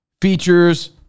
Features